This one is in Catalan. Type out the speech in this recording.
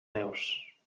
neus